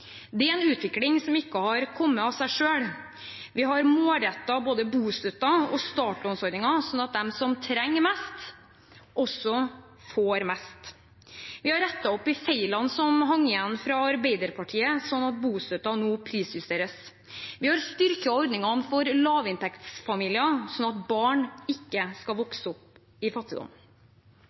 Det er en utvikling som ikke har kommet av seg selv. Vi har målrettet både bostøtten og startlånsordningen, slik at de som trenger mest, også får mest. Vi har rettet opp i feilene som hang igjen fra Arbeiderpartiet, slik at bostøtten nå prisjusteres. Vi har styrket ordningene for lavinntektsfamilier, slik at barn ikke skal vokse opp i fattigdom.